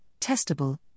testable